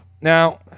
Now